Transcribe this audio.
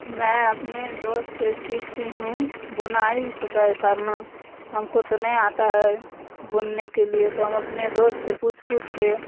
میں اپنے دوست سے سیکھتی ہوں بنائی سے کا کرنا ہم کو تو نہیں آتا ہے بننے کے لیے تو ہم اپنے دوست سے پوچھ پوچھ کے